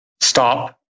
stop